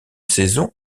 saison